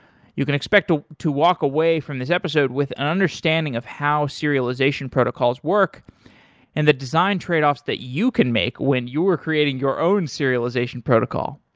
you can expect to to walk away from this episode with an understanding of how serialization protocols work and the design trade-offs that you can make when you are creating your own serialization protocol.